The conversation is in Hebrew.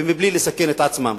ובלי לסכן את עצמם.